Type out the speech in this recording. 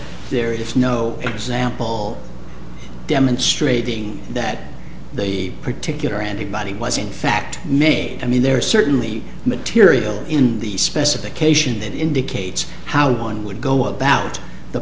is no example demonstrating that the particular antibody was in fact made i mean there are certainly material in the specification that indicates how one would go about the